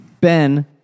Ben